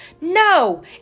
No